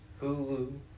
Hulu